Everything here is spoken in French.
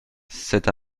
cet